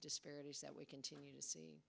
disparities that we continue to